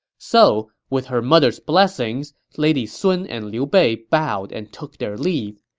so, with her mother's blessings, lady sun and liu bei bowed and took their leave.